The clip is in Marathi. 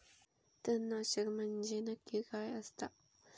तणनाशक म्हंजे नक्की काय असता?